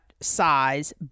size